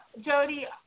jody